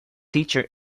teacher